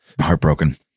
heartbroken